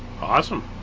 awesome